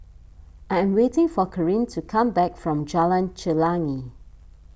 I am waiting for Kareen to come back from Jalan Chelagi